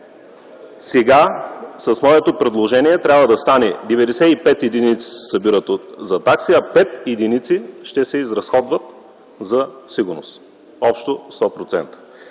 с моето предложение трябва да стане – 95 единици се събират от такси, а 5 единици ще се изразходват за сигурност. Общо 100%.